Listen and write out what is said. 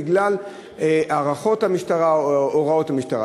בגלל הערכות המשטרה או הוראות המשטרה.